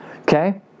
Okay